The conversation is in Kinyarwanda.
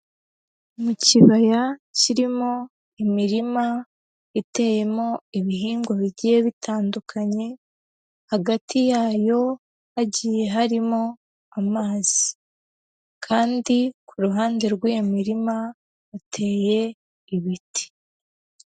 Mu kibaya kirimo imirima iteyemo ibihingwa bigiye bitandukanye, hagati yayo hagiye harimo amazi, kandi ku ruhande rw'iyi mirima hateye ibiti.